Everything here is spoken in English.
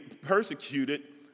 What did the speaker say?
persecuted